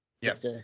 Yes